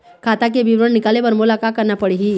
खाता के विवरण निकाले बर मोला का करना पड़ही?